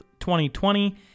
2020